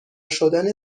شدن